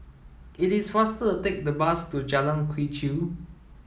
it is faster to take the bus to Jalan Quee Chew